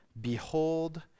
behold